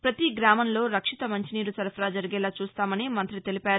పతి గ్రామంలో రక్షిత మంచినీరు సరఫరా జరిగేలా చూస్తామని మంత్రి తెలిపారు